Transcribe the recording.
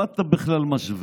מה אתה בכלל משווה?